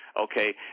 okay